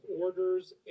orders